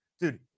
Dude